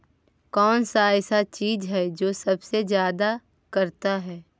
कौन सा ऐसा चीज है जो सबसे ज्यादा करता है?